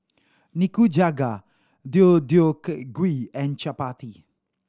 Nikujaga Deodeok gui and Chapati